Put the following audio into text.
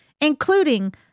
including